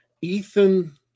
Ethan